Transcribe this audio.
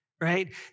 right